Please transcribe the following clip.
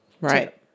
Right